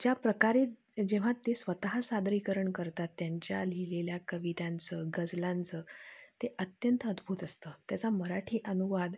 ज्या प्रकारे जेव्हा ते स्वतः सादरीकरण करतात त्यांच्या लिहिलेल्या कवितांचं गजलांचं ते अत्यंत अद्भुत असतं त्याचा मराठी अनुवाद